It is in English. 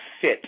fit